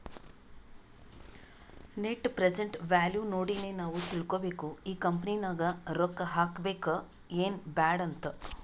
net present value ನೋಡಿನೆ ನಾವ್ ತಿಳ್ಕೋಬೇಕು ಈ ಕಂಪನಿ ನಾಗ್ ರೊಕ್ಕಾ ಹಾಕಬೇಕ ಎನ್ ಬ್ಯಾಡ್ ಅಂತ್